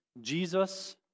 Jesus